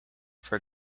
for